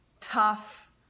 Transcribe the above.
tough